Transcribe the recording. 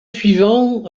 suivant